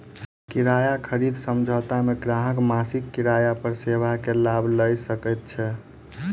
किराया खरीद समझौता मे ग्राहक मासिक किराया पर सेवा के लाभ लय सकैत छै